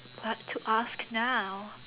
what to ask now